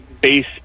base